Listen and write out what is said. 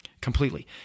completely